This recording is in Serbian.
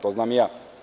To znam i ja.